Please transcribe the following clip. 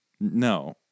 No